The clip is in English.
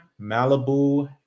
malibu